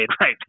right